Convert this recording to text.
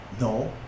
No